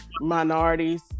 minorities